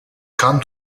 kam